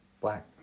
black